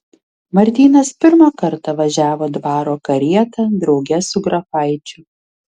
martynas pirmą kartą važiavo dvaro karieta drauge su grafaičiu